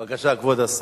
בבקשה, כבוד השר.